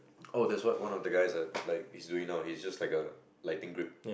oh that's what one of the guys err like is doing now he's just like a lighting grip